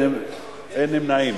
אין נמנעים.